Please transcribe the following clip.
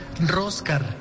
Roscar